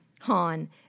Han